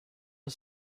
for